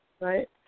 right